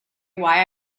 why